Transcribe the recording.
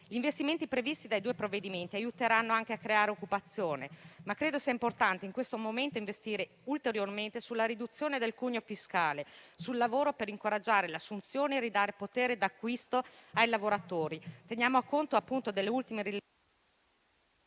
Gli investimenti previsti dai due provvedimenti aiuteranno anche a creare occupazione, ma credo sia importante in questo momento investire ulteriormente sulla riduzione del cuneo fiscale e sul lavoro per incoraggiare l'assunzione e ridare potere d'acquisto ai lavoratori.